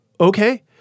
okay